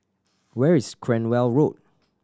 where is Cranwell Road